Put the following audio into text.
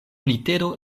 litero